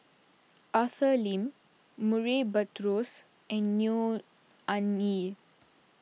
Arthur Lim Murray Buttrose and Neo Anngee